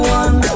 one